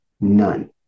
none